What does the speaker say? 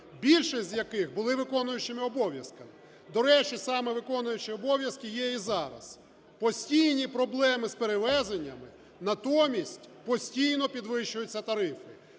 більшість з яких були виконуючими обов'язки. До речі, саме виконуючий обов'язки є і зараз. Постійні проблеми з перевезеннями, натомість, постійно підвищуються тарифи.